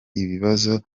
ibibazo